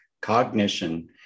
cognition